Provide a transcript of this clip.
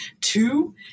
Two